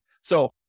So-